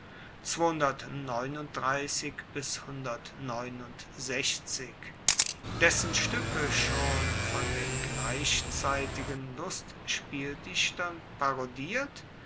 dessen stuecke schon von den gleichzeitigen lustspieldichtern parodiert